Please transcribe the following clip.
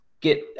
get